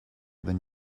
than